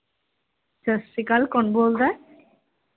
ਸਤਿ ਸ਼੍ਰੀ ਅਕਾਲ ਕੌਣ ਬੋਲਦਾ